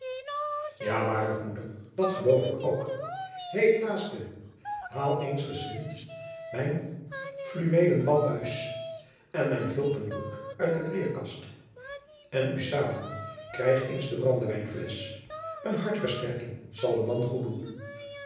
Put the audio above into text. ja waôrlijk moeder dat eloof ik ook ei klaoske haôl iens ezwind mijn freweelen wammes en mijn fulpen broek oet de kleêrkas en oe symen krijg eens de brandewijnflesch een hartversterking zal den man goeddoen de